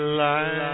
light